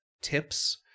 tips